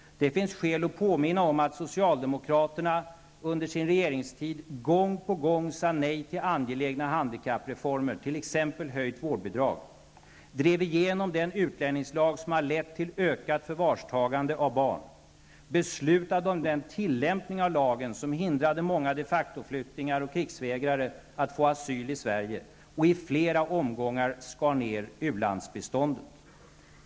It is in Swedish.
Det finns skäl att påminna om att socialdemokraterna under sin regeringstid gång på gång sade nej till angelägna handikappreformer, t.ex. höjt vårdbidrag. De drev igenom den utlänningslag som har lett till ökat förvarstagande av barn, beslutat om den tillämpning av lagen som hindrade många de factoflyktingar och krigsvägrare att få asyl i Sverige. I flera omgångar skar de ner u-landsbiståndet.